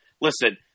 Listen